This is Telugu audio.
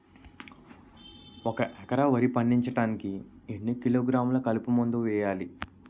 ఒక ఎకర వరి పండించటానికి ఎన్ని కిలోగ్రాములు కలుపు మందు వేయాలి?